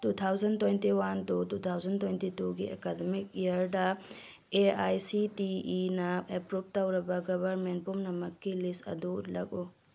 two thousand twenty one to two thousand twenty ꯇꯨꯒꯤ academic ꯏꯌꯔꯗ A I C T ꯏꯅ ꯑꯦꯄ꯭ꯔꯨꯕ ꯇꯧꯔꯕ ꯒꯕꯔꯃꯦꯟ ꯄꯨꯝꯅꯃꯛꯀꯤ ꯂꯤꯁ ꯑꯗꯨ ꯎꯠꯂꯛꯎ